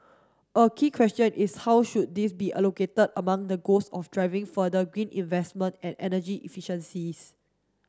a key question is how should these be allocated among the goals of driving further green investment and energy efficiencies